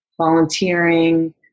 volunteering